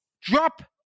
Drop